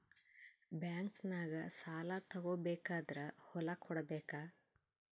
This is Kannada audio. ಬ್ಯಾಂಕ್ನಾಗ ಸಾಲ ತಗೋ ಬೇಕಾದ್ರ್ ಹೊಲ ಕೊಡಬೇಕಾ?